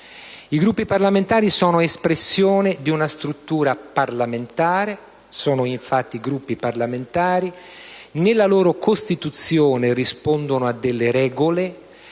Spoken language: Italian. I Gruppi parlamentari sono espressione di una struttura parlamentare. Sono infatti Gruppi parlamentari. Nella loro costituzione rispondono a regole.